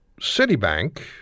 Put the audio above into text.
Citibank